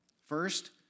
First